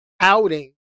outing